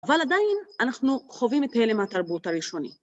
אבל עדיין אנחנו חווים את הלם מהתרבות הראשוני.